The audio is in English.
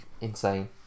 insane